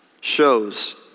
shows